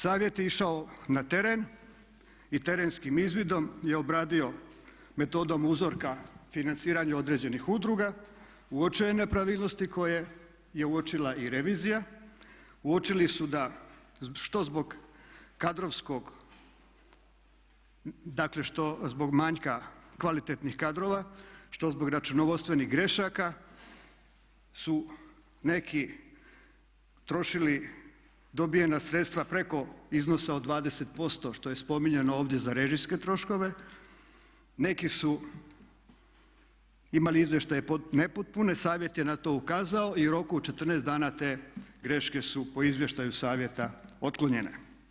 Savjet je išao na teren i terenskim izvidom je obradio metodom uzorka financiranje određenih udruga, uočio je nepravilnosti koje je uočila i revizija, učili su da što zbog kadrovskog, dakle što zbog manjka kvalitetnih kadrova, što zbog računovodstvenih grešaka su neki trošili dobivena sredstva preko iznosa od 20% što je spominjano ovdje za režijske troškove, neki su imali izvještaje pod nepotpune, Savjet je na to ukazao i u roku od 14 dana te greške su po izvještaju Savjeta otklonjene.